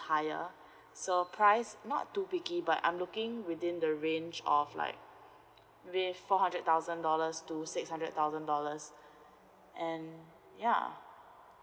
higher so price not too picky but I'm looking within the range of like with four hundred thousand dollars to six hundred thousand dollars and ya